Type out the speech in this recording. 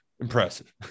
impressive